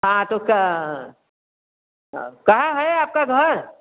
हाँ तो क अब कहाँ है आपका घर